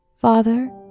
Father